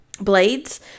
blades